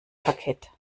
parkett